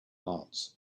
arts